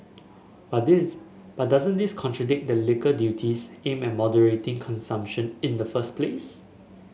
but but doesn't this contradict the liquor duties aimed at moderating consumption in the first place